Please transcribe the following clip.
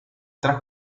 tra